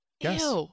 Yes